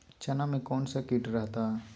चना में कौन सा किट रहता है?